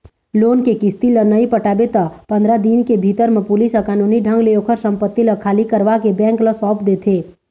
loan के किस्ती ल नइ पटाबे त पंदरा दिन के भीतर म पुलिस ह कानूनी ढंग ले ओखर संपत्ति ल खाली करवाके बेंक ल सौंप देथे